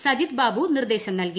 സജിത് ബാബു നിർദ്ദേശം നൽകി